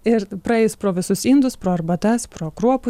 ir praeis pro visus indus pro arbatas pro kruopų